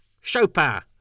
Chopin